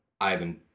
Ivan